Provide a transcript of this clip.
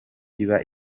iba